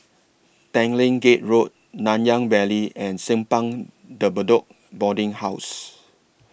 Tanglin Gate Road Nanyang Valley and Simpang De Bedok Boarding House